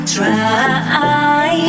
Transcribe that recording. Try